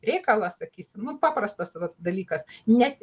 reikalas sakysim nu paprastas vat dalykas net